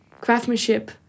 craftsmanship